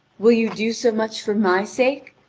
will you do so much for my sake?